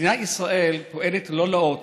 מדינת ישראל פועלת ללא לאות